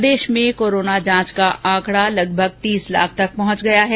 प्रदेश में कोरोना जांच का आंकड़ा लगभग तीस लाख तक पहुंच गया है